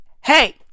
hey